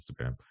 instagram